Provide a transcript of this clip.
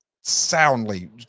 soundly